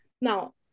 Now